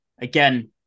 again